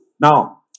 Now